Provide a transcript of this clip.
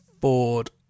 Ford